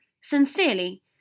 Sincerely